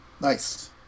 Nice